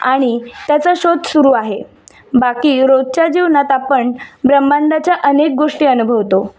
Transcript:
आणि त्याचा शोध सुरू आहे बाकी रोजच्या जीवनात आपण ब्रहम्मांडाच्या अनेक गोष्टी अनुभवतो